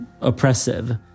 oppressive